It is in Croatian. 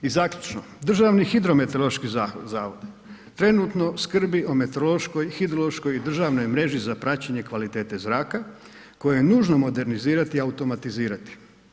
I zaključno Državni hidrometeorološki zavod trenutno skrbi o meteorološkoj, hidrološkoj i državnoj mreži za praćenje kvalitete zraka koju je nužno modernizirati i automatizirati.